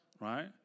right